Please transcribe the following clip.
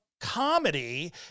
comedy